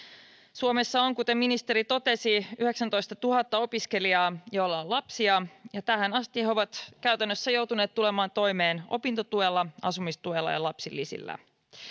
suomessa on kuten ministeri totesi yhdeksäntoistatuhatta opiskelijaa joilla on lapsia ja tähän asti he ovat käytännössä joutuneet tulemaan toimeen opintotuella asumistuella ja lapsilisillä